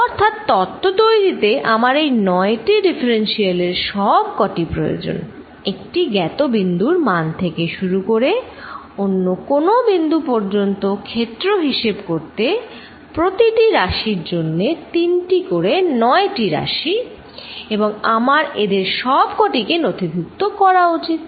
অর্থাৎ তত্ত্ব তৈরিতে আমার এই নয়টি ডিফারেন্সিয়াল এর সব কটি প্রয়োজন একটি জ্ঞাত বিন্দুর মান থেকে শুরু করে অন্য কোনো বিন্দু পর্যন্ত ক্ষেত্র হিসেব করতে প্রতিটি রাশির জন্যে তিনটি করে 9 টি রাশি এবং আমার এদের সব কটি কে নথিভুক্ত করা উচিত